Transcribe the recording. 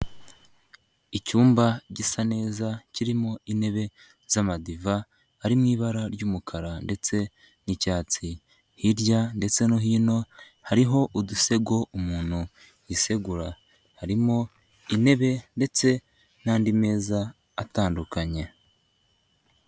Icyumba gisa neza, kirimo intebe z'amadiva, ari mu ibara ry'umukara ndetse n'icyatsi. Hirya ndetse no hino hariho udusego, umuntu yisegura. Harimo intebe ndetse n'andi meza atandukanye.